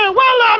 ah well, ah